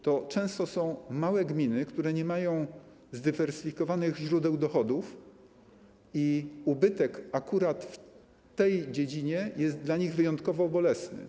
To są często małe gminy, które nie mają zdywersyfikowanych źródeł dochodów, i ubytek w tej dziedzinie jest dla nich wyjątkowo bolesny.